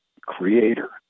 creator